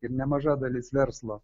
ir nemaža dalis verslo